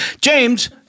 James